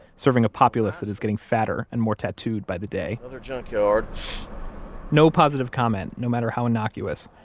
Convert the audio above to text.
serving a populace that is getting fatter and more tattooed by the day another junkyard no positive comment, no matter how innocuous,